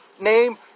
name